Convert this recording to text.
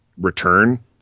return